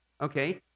okay